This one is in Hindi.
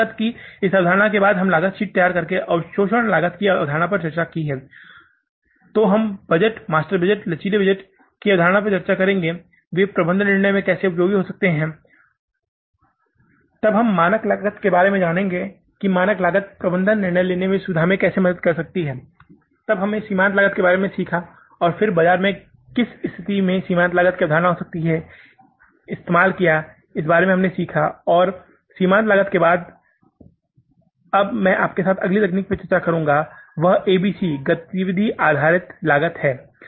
सीमांत लागत की इस अवधारणा के बाद अब हमने लागत शीट तैयार करके अवशोषण लागत की अवधारणा पर चर्चा की है तो हम बजट मास्टर बजट लचीले बजट की अवधारणा पर चर्चा करते हैं कि वे प्रबंधन निर्णय लेने में कैसे उपयोगी हो सकते हैं तब हम मानक लागत के बारे में जानेंगे कि मानक लागत प्रबंधन निर्णय लेने की सुविधा में कैसे मदद कर सकती है तब हमने सीमांत लागत के बारे में सीखा कि बाजार में किस तरह की स्थिति में सीमांत लागत की अवधारणा हो सकती है इस्तेमाल किया है कि हम के बारे में सीखा है और इस सीमांत लागत के बाद मैं अब आपके साथ अगली तकनीक पर चर्चा करुंगा वह एबीसी गतिविधि आधारित लागत है